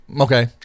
okay